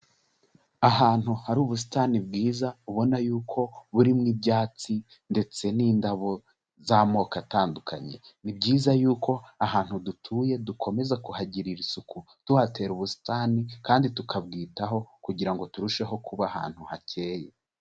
Ahantu hari ubusitani bwiza ubona yuko burimo ibyatsi ndetse n'indabo z'amoko atandukanye, ni byiza yuko ahantu dutuye dukomeza kuhagirira isuku, tuhatera ubusitani kandi tukabwitaho, kugirango ngo turusheho kuba ahantu hakeye.